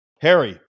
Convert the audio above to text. Harry